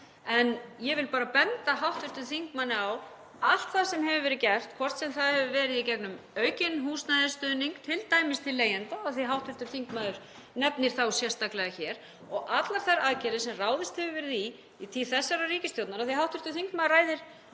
En ég vil bara benda hv. þingmanni á allt það sem hefur verið gert, hvort sem það hefur verið í gegnum aukinn húsnæðisstuðning, t.d. til leigjenda, af því að hv. þingmaður nefnir þá sérstaklega hér, og allar þær aðgerðir sem ráðist hefur verið í tíð þessarar ríkisstjórnar. Af því að hv. þingmaður ræðir